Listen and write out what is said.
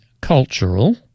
cultural